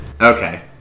Okay